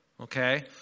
okay